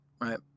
right